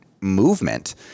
movement